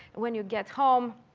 when you get home